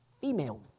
female